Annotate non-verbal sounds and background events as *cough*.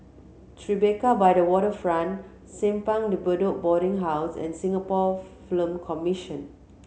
Tribeca by the Waterfront Simpang De Bedok Boarding House and Singapore *unintelligible* Commission